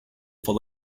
full